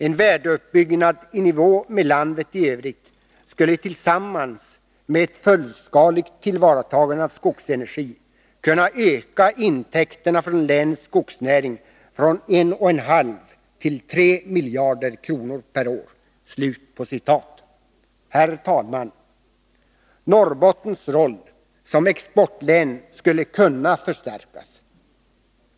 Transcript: En värdeuppbyggnad i nivå med landet i övrigt skulle tillsammans med ett fullskaligt tillvaratagande av skogsenergi kunna öka intäkterna från länets skogsnäring från 1,5 till 3 miljarder kronor per år.” Herr talman! Norrbottens roll som exportlän skulle kunna förstärkas.